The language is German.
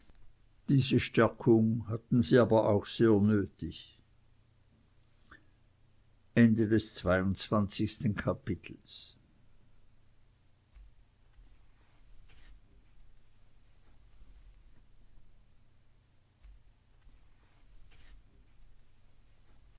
diese stärkung hatten sie aber auch sehr nötig dreiundzwanzigstes kapitel